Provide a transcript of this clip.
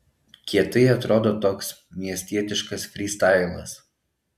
kietai atrodo toks miestietiškas frystailas